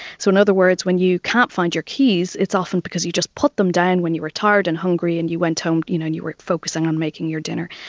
so in other words, when you can't find your keys, it's often because you just put them down when you were tired and hungry and you went home you know and you were focused on on making your dinner.